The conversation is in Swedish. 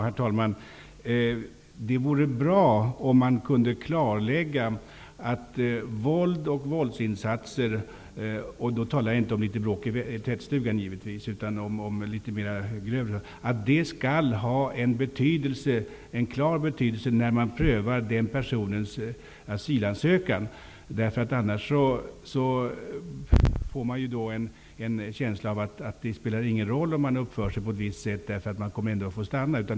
Herr talman! Det vore bra om man kunde klarlägga att våld och våldsinsatser -- då talar jag givetvis inte om bråk i tvättstugan utan om grövre bråk -- skall ha en klar betydelse när personens asylansökan prövas. Man får annars en känsla av att det inte spelar någon roll att en flykting uppför sig på ett visst sätt, därför att vederbörande ändå kommer att få stanna.